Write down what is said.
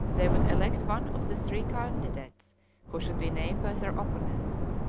they would elect one of the three candidates who should be named by their opponents.